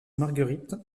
marguerite